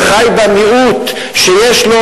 שחי בה מיעוט שיש לו,